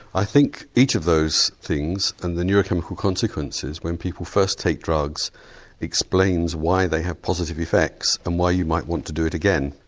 i think each of those things and the neuro-chemical consequences when people first take drugs explains why they have positive effects and why you might want to do it again.